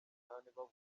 babukoze